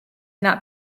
that